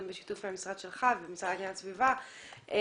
גם בשיתוף עם המשרד שלך והמשרד להגנת הסביבה וקק"ל,